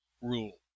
rule